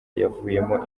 yavuyemo